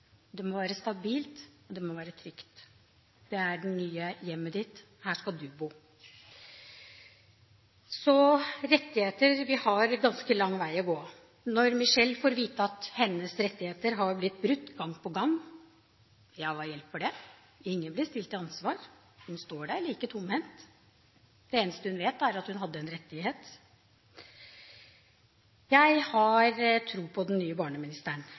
Det må være stabilt, og det må være trygt: Det er det nye hjemmet ditt. Her skal du bo. Når det gjelder rettigheter, har vi ganske lang vei å gå. Når Michelle får vite at hennes rettigheter har blitt brutt gang på gang, ja, hva hjelper det? Ingen blir stilt til ansvar. Hun står der like tomhendt. Det eneste hun vet, er at hun hadde en rettighet. Jeg har tro på den nye barneministeren.